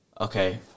okay